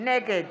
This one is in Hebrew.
נגד